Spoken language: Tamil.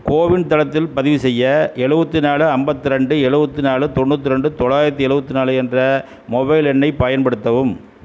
கோவின் தளத்தில் பதிவு செய்ய எழுபத்திநாலு அம்பத்திரெண்டு எழுபத்திநாலு தொண்ணூற்றி ரெண்டு தொளாயிரத்தி எழுவத்திநாலு என்ற மொபைல் எண்ணைப் பயன்படுத்தவும்